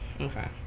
Okay